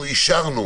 אנחנו אישרנו